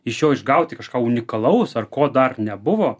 iš jo išgauti kažką unikalaus ar ko dar nebuvo